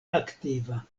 aktiva